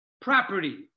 property